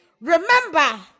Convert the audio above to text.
Remember